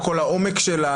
על כל העומק שלה,